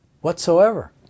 whatsoever